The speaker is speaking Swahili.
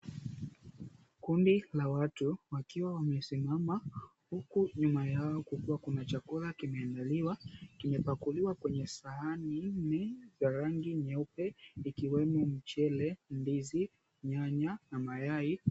Kundi la watu wakiwa wamesimama huku nyuma yao kukiwa kuna chakula kimeandaliwa kimepakuliwa kwenye sahani ni ya rangi nyeupe ikiwemo mchele, ndizi, nyanya na mayai.